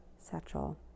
satchel